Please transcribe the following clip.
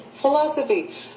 Philosophy